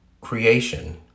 creation